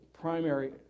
primary